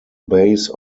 base